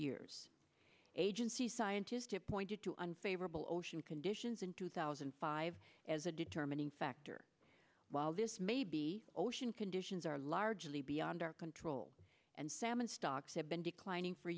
years agency scientists to pointed to unfavorable ocean conditions in two thousand and five as a determining factor while this may be ocean conditions are largely beyond our control and salmon stocks have been declining for